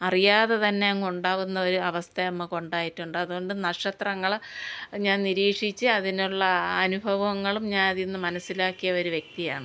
അറിയാതെ തന്നെ അങ്ങുണ്ടാവുന്ന ഒരവസ്ഥ നമുക്കുണ്ടായിട്ടുണ്ട് അതുകൊണ്ടു നക്ഷത്രങ്ങൾ ഞാൻ നിരീക്ഷിച്ചു അതിനുള്ള അനുഭവങ്ങളും ഞാൻ അതീന്നു മനസ്സിലാക്കിയ ഒരു വ്യക്തിയാണ്